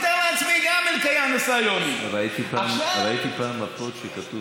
אני מתאר לעצמי שגם (אומר בערבית: הישות הציונית.) ראיתי פעם מפות שכתוב